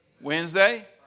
Wednesday